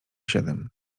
siedem